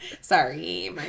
Sorry